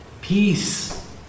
Peace